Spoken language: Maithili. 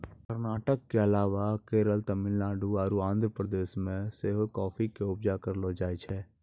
कर्नाटक के अलावा केरल, तमिलनाडु आरु आंध्र प्रदेश मे सेहो काफी के उपजा करलो जाय छै